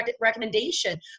recommendation